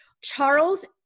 Charles